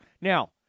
now